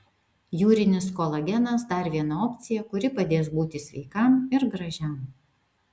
jūrinis kolagenas dar viena opcija kuri padės būti sveikam ir gražiam